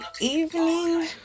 evening